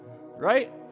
right